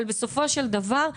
אבל בסופו של דבר,